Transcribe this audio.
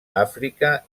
àfrica